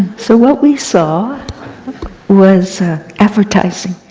so what we saw was advertising,